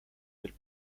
del